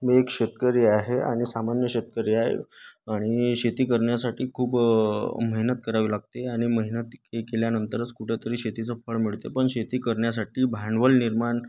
मी एक शेतकरी आहे आणि सामान्य शेतकरी आहे आणि शेती करण्यासाठी खूप मेहनत करावी लागते आणि मेहनत केल्यानंतरच कुठंतरी शेतीचं फळ मिळते पण शेती करण्यासाठी भांडवल निर्माण